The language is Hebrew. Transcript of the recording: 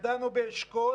שידענו באשכול